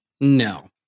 No